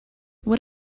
what